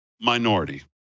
minority